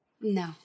No